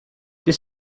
this